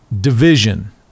Division